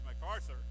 MacArthur